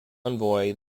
envoy